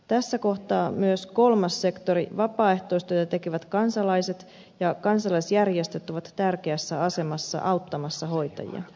tässä kohtaa myös kolmas sektori vapaaehtoistyötä tekevät kansalaiset ja kansalaisjärjestöt on tärkeässä asemassa auttamassa hoitajia